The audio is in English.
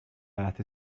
earth